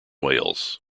wales